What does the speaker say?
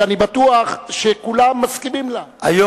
שאני בטוח שכולם מסכימים לה,